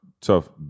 tough